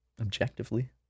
Objectively